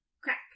Crack